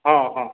ହଁ ହଁ